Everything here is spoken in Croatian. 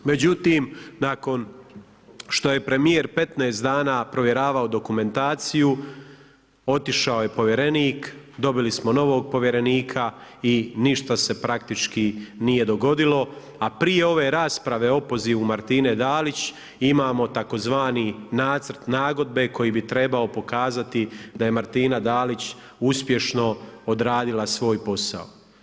Međutim nakon što je premijer 15 dana provjeravao dokumentaciju, otišao je povjerenik, dobili smo novog povjerenika i ništa se praktički nije dogodilo, a prije ove rasprave o opozivu Martine Dalić imamo tzv. nacrt nagodbe koji bi trebao pokazati da je Martina Dalić uspješno odradila svoj posao.